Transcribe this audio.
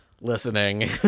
listening